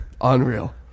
unreal